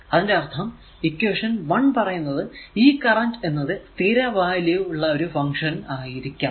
അതിന്റെ അർഥം ഇക്വേഷൻ 1 പറയുന്നത് ഈ കറന്റ് എന്നത് സ്ഥിര വാല്യൂ ഉള്ള ഒരു ഫങ്ക്ഷൻ ആയിരിക്കണം